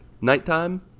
nighttime